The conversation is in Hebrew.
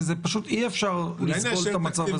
פשוט אי אפשר לסבול את המצב הזה.